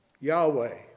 Yahweh